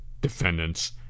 Defendant's